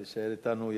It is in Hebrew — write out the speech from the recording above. תישאר אתנו,